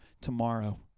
tomorrow